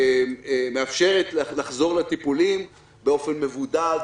לחזור לטיפולים באופן מבודד,